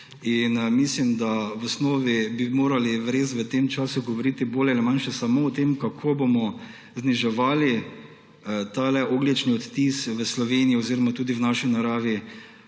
v osnovi bi morali res v tem času govoriti bolj ali manj samo še o tem, kako bomo zniževali ogljični odtis v Sloveniji oziroma tudi v naši naravi.